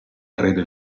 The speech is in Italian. erede